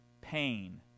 pain